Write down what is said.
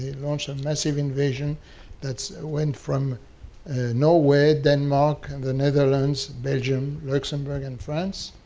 launched a massive invasion that ah went from norway, denmark and the netherlands, belgium, luxembourg and france.